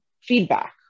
feedback